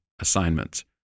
assignments